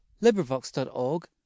LibriVox.org